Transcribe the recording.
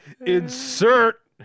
insert